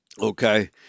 Okay